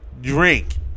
Drink